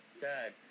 Dad